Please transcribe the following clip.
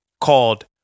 called